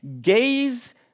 Gaze